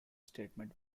statement